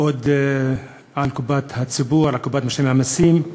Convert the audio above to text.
עוד על קופת הציבור, על קופת משלם המסים.